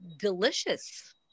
delicious